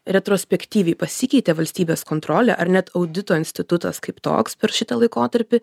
retrospektyviai pasikeitė valstybės kontrolė ar net audito institutas kaip toks per šitą laikotarpį